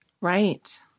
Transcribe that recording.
Right